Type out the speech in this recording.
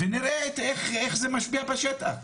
ונראה איך זה משפיע בשטח.